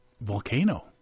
volcano